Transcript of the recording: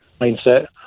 mindset